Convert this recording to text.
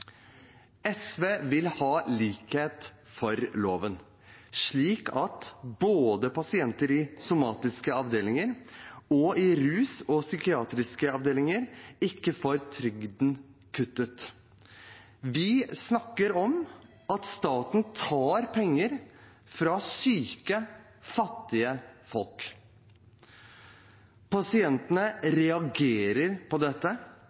SV vil ha likhet for loven, slik at pasienter i både somatiske avdelinger og i rus- og psykiatriske avdelinger ikke får trygden kuttet. Vi snakker om at staten tar penger fra syke, fattige folk. Pasientene reagerer på dette,